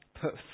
put